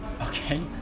Okay